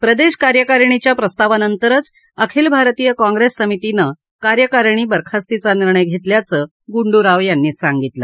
प्रदेश कार्यकारिणीच्या प्रस्तावानंतरच अखिल भारतीय काँग्रेस समितीनं कार्यकारिणी बरखास्तीचा निर्णय घेतल्याचं गुंडू राव यांनी सांगितलं